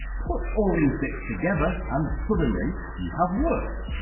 put all these bits together and suddenly you have words,